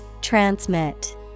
Transmit